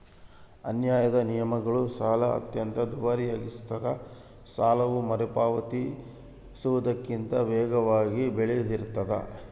ಅನ್ಯಾಯದ ನಿಯಮಗಳು ಸಾಲ ಅತ್ಯಂತ ದುಬಾರಿಯಾಗಿಸ್ತದ ಸಾಲವು ಮರುಪಾವತಿಸುವುದಕ್ಕಿಂತ ವೇಗವಾಗಿ ಬೆಳಿತಿರ್ತಾದ